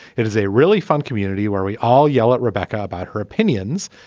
it is a really fun community where we all yell at rebecca about her opinions.